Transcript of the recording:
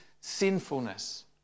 sinfulness